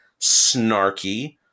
snarky